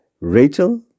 Rachel